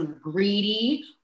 greedy